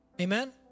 Amen